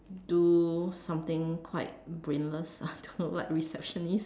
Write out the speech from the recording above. do something quite brainless I don't know like receptionist